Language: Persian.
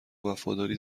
وفاداری